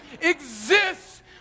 exists